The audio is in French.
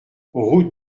route